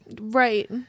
right